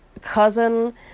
cousin